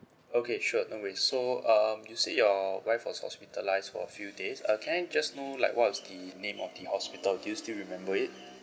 okay sure no worries so um you said your wife was hospitalised for a few days uh can I just know like what was the name of the hospital do you still remember it